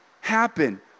happen